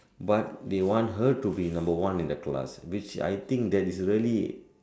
but they want her to be number one in the class which I think that is really